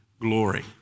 glory